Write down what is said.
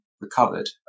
recovered